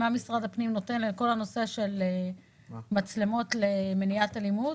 מה משרד הפנים נותן לכל הנושא של מצלמות למניעת אלימות?